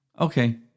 Okay